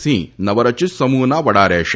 સિંહ નવરચિત સમૂહના વડા રહેશે